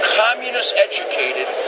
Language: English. communist-educated